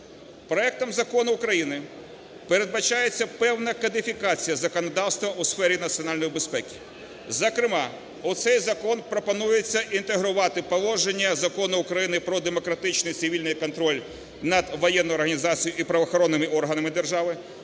Проектом закону України передбачається певна кодифікація законодавства у сфері національної безпеки, зокрема, у цей закон пропонується інтегрувати положення Закону України "Про демократичний цивільний контроль над Воєнною організацією і правоохоронними органами держави"